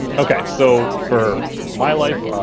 okay, so for my life,